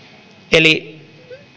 eli